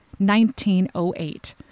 1908